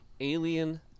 Alien